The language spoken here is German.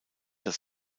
das